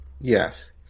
Yes